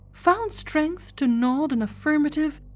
found strength to nod an affirmative,